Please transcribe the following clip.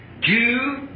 two